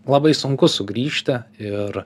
labai sunku sugrįžti ir